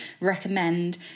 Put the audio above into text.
recommend